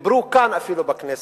ודיברו כאן, אפילו בכנסת,